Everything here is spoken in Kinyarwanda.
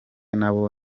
nabo